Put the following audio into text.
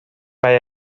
mai